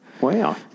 Wow